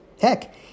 Heck